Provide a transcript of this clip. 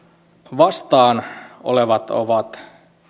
vastaan olevat ovat